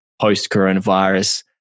post-coronavirus